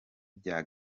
bya